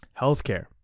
healthcare